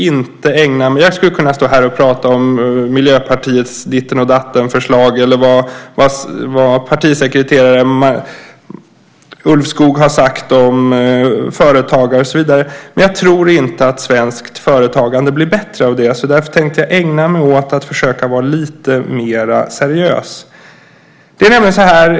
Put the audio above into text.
Jag skulle kunna stå här och prata om Miljöpartiets ditten-och-datten-förslag eller vad partisekreterare Ulvskog har sagt om företagare och så vidare. Men jag tror inte att svenskt företagande blir bättre av det. Därför tänkte jag ägna mig åt att försöka vara lite mer seriös.